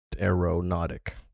aeronautic